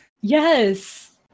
Yes